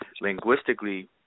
linguistically